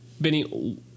Benny